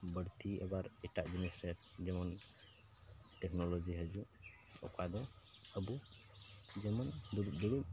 ᱵᱟᱹᱲᱛᱤ ᱟᱵᱟᱨ ᱮᱴᱟᱜ ᱡᱤᱱᱤᱥ ᱨᱮ ᱡᱮᱢᱚᱱ ᱴᱮᱠᱱᱳᱞᱳᱡᱤ ᱦᱤᱡᱩᱜ ᱚᱠᱟᱫᱚ ᱟᱵᱚ ᱡᱮᱢᱚᱱ ᱫᱩᱲᱩᱵ ᱫᱩᱲᱩᱵ